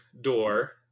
door